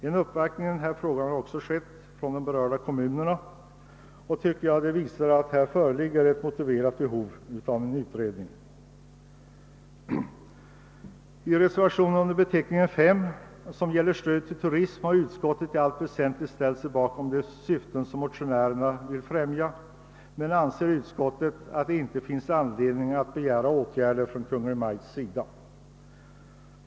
En uppvaktning i denna fråga har också gjorts av de berörda kommunerna, och det tycker jag visar att det här föreligger ett motiverat behov av en utredning. Vad beträffar frågan om stödet till turismen, som behandlas i reservation nr 5, har utskottet i allt väsentligt ställt sig bakom de syften som motionärerna vill främja, men utskottet anser inte att det finns anledning att begära åtgärder från Kungl. Maj:ts sida.